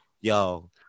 yo